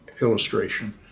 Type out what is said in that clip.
illustration